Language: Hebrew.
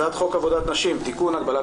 והצעת חוק עבודת נשים (תיקון - הגבלת